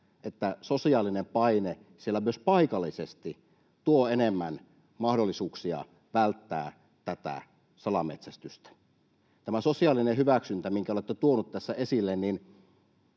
että sosiaalinen paine siellä myös paikallisesti tuo enemmän mahdollisuuksia välttää tätä salametsästystä. Tämä sosiaalinen hyväksyntä, minkä olette tuoneet tässä esille,